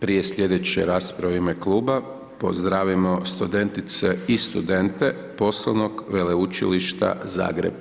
Prije sljedeće rasprave u ime kluba, pozdravimo studentice i studente Poslovnog veleučilišta Zagreb.